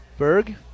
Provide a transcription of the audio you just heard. Berg